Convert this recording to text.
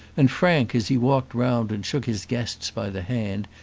and frank, as he walked round and shook his guests by the hand,